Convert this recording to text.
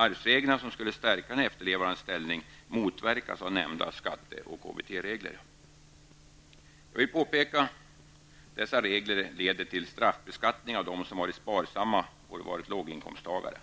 nya arvsreglerna, som skulle stärka den efterlevandes ställning, motverkas av de nämnda skatte och Jag vill påpeka att dessa regler leder till en straffbeskattning av låginkomsttagare som varit sparsamma.